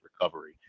recovery